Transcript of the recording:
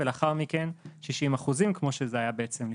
ולאחר מכן 60% כמו שזה היה בעצם לפני,